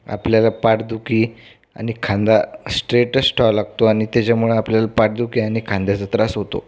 आपल्याला पाठदुखी आणि खांदा स्ट्रेटच ठेवावा लागतो आणि त्याच्यामुळं आपल्याला पाठदुखी आणि खांद्याचा त्रास होतो